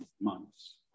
months